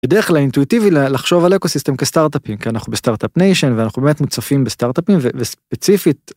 בדרך כלל אינטואיטיבי לחשוב על אקוסיסטם כסטארט-אפים כי אנחנו בסטארט-אפ ניישן ואנחנו מוצפים בסטארט-אפים וספציפית.